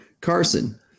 Carson